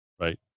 right